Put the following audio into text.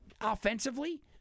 offensively